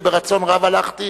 וברצון רב הלכתי.